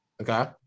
okay